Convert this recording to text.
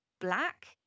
black